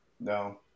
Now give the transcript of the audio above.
no